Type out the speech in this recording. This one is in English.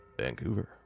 Vancouver